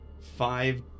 five